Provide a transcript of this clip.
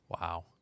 Wow